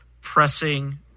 pressing